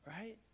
right